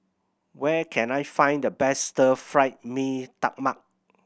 where can I find the best Stir Fry Mee Tai Mak